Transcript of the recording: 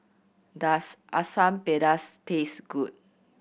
does Asam Pedas taste good